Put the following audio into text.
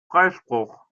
freispruch